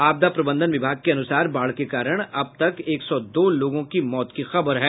आपदा प्रबंधन विभाग के अनुसार बाढ़ के कारण अब तक एक सौ दो लोगों के मौत की खबर है